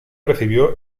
recibió